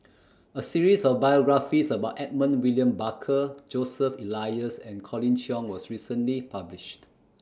A series of biographies about Edmund William Barker Joseph Elias and Colin Cheong was recently published